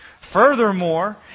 Furthermore